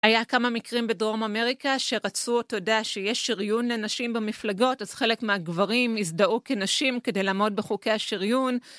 היה כמה מקרים בדרום אמריקה שרצו, אתה יודע, שיהיה שריון לנשים במפלגות. אז חלק מהגברים הזדהו כנשים, כדי לעמוד בחוקי השריון.